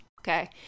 okay